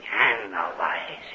analyzing